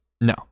No